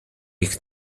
ich